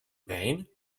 pain